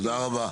תודה רבה.